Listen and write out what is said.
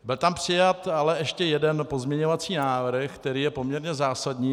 Byl tam přijat ale ještě jeden pozměňovací návrh, který je poměrně zásadní.